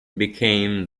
became